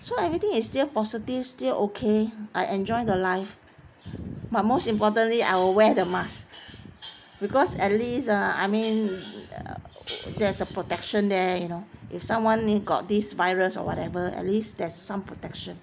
so anything is still positive still okay I enjoy the life but most importantly I will wear the mask because at least ah I mean uh there's a protection there you know if someone near got this virus or whatever at least there's some protection